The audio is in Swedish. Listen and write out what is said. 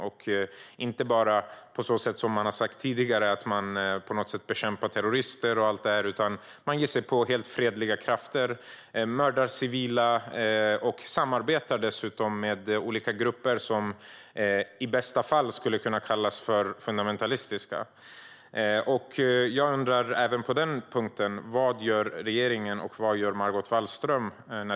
Nu säger man sig inte bara så som tidigare på något sätt bekämpa terrorism, utan nu ger man sig på helt fredliga krafter, mördar civila och samarbetar dessutom med olika grupper som i bästa fall skulle kunna kallas fundamentalistiska. Jag undrar även på denna punkt vad regeringen och Margot Wallström gör.